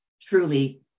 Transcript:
truly